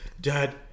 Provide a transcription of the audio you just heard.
Dad